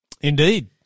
Indeed